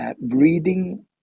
breeding